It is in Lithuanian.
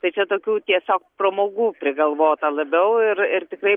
tai čia tokių tiesiog pramogų prigalvota labiau ir ir tikrai